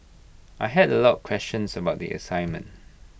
I had A lot questions about the assignment